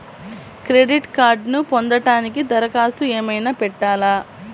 Credit కార్డ్ను పొందటానికి దరఖాస్తు ఏమయినా పెట్టాలా?